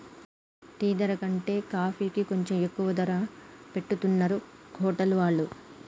tea ధర కంటే కాఫీకి కొంచెం ఎక్కువ ధర పెట్టుతున్నరు హోటల్ వాళ్ళు